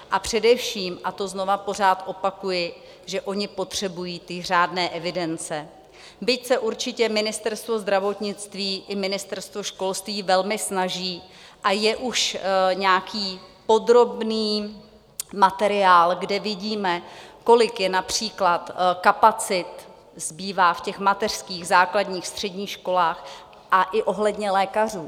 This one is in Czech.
A především, a to pořád opakuji, oni potřebují ty řádné evidence, byť se určitě Ministerstvo zdravotnictví i Ministerstvo školství velmi snaží a je už nějaký podrobný materiál, kde vidíme, kolik například kapacit zbývá v těch mateřských, základních, středních školách, a i ohledně lékařů.